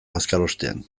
bazkalostean